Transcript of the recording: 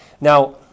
Now